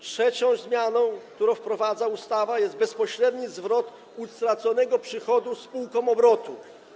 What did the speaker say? Trzecią zmianą, którą wprowadza ustawa, jest bezpośredni zwrot utraconego przychodu spółkom obrotu.